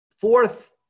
Fourth